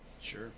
Sure